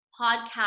podcast